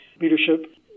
leadership